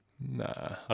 nah